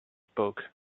spoke